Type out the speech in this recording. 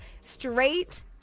straight